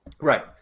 Right